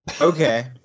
Okay